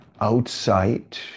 outside